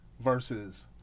Versus